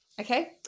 Okay